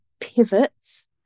pivots